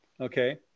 okay